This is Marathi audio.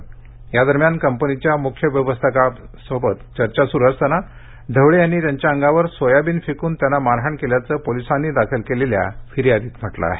या आंदोलनादरम्यान कंपनीच्या मुख्य व्यवस्थापकांशी चर्चा स्रू असताना ढवळे यांनी त्यांच्या अंगावर सोयाबीन फेकून त्यांना मारहाण केल्याचं पोलिसांनी दाखल केलेल्या फिर्यादीत म्हटलं आहे